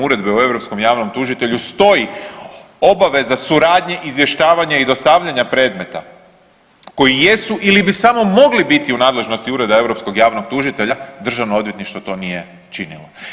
Uredbe o Europskom javnom tužitelju stoji obaveza suradnje, izvještavanje i dostavljanja predmeta koji jesu ili bi samo mogli biti u nadležnosti ureda Europskog javnog tužitelja, Državno odvjetništvo to nije činilo.